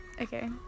Okay